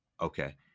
Okay